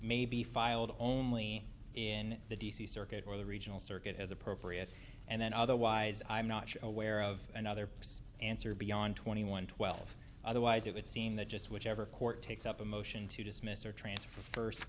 may be filed only in the d c circuit or the regional circuit as appropriate and then otherwise i'm not sure aware of another purpose answer beyond twenty one twelve otherwise it would seem that just whichever court takes up a motion to dismiss or transfer first